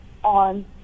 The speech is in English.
On